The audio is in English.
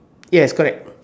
yes correct